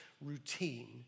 routine